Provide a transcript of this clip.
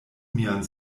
mian